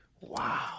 Wow